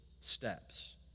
steps